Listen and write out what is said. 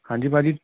ਹਾਂਜੀ ਭਾਅ ਜੀ